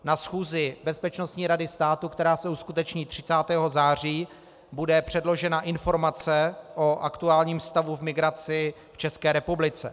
Na schůzi Bezpečnostní rady státu, která se uskuteční 30. září, bude předložena informace o aktuálním stavu v migraci v České republice.